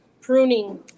pruning